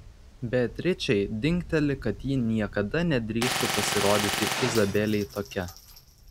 beatričei dingteli kad ji niekada nedrįstų pasirodyti izabelei tokia